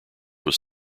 was